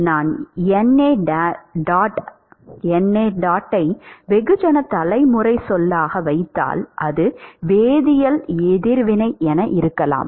நான் ஐ வெகுஜன தலைமுறை சொல்லாக வைத்தால் அது வேதியியல் எதிர்வினை என இருக்கலாம்